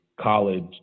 college